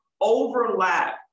overlap